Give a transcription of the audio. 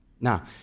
Now